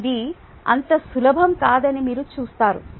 ఇది అంత సులభం కాదని మీరు చూస్తారు